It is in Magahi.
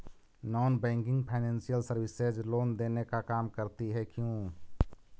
Non banking financial services loan देने का काम करती है क्यू?